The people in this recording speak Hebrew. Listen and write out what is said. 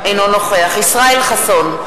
אינו נוכח ישראל חסון,